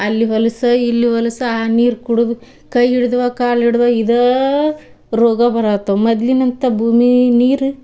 ಅಲ್ಲಿ ಹೊಲ್ಸು ಇಲ್ಲಿ ಹೊಲ್ಸು ಆ ನೀರು ಕುಡ್ದು ಕೈ ಹಿಡ್ದವು ಕಾಲು ಹಿಡ್ದವು ಇದು ರೋಗ ಬರ್ಹತ್ತವು ಮೊದ್ಲಿನಂತೆ ಭೂಮಿ ನೀರು